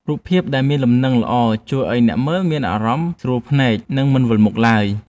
រូបភាពដែលមានលំនឹងល្អជួយឱ្យអ្នកមើលមានអារម្មណ៍ស្រួលភ្នែក និង មិនមានវិលមុខឡើយ។